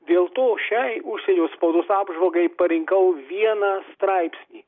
dėl to šiai užsienio spaudos apžvalgai parinkau vieną straipsnį